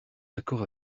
d’accord